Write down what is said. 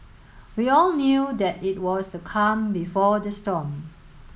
we all knew that it was the calm before the storm